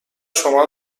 شما